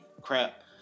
crap